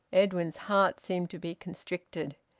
edwin's heart seemed to be constricted.